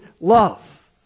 love